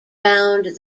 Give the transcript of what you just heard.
found